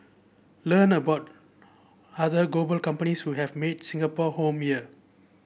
learn about other global companies who have made Singapore home here